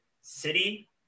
City